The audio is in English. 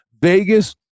Vegas –